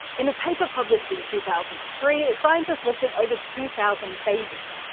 in a paper published in two thousand and three, scientists looked at over two thousand babies,